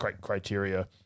criteria